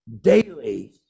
daily